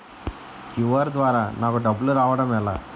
QR ద్వారా నాకు డబ్బులు రావడం ఎలా?